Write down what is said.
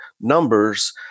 numbers